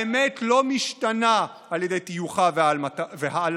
האמת לא משתנה על ידי טיוחה והעלמתה.